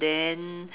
then